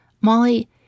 Molly